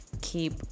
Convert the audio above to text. keep